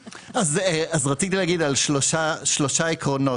רציתי לדבר על שלושה עקרונות.